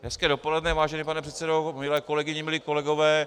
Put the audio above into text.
Hezké dopoledne, vážený pane předsedo, milé kolegyně, milí kolegové.